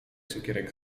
cukierek